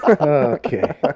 okay